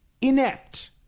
Inept